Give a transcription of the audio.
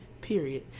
period